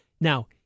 Now